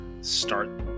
start